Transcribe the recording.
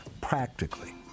practically